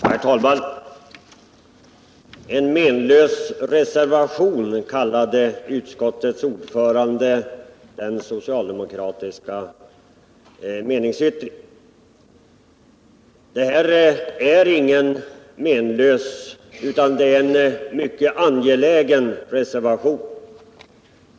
Herr talman! En meningslös reservation kallade utskottets ordförande den socialdemokratiska meningsyttringen. Det här är ingen meningslös utan en mycket angelägen reservation.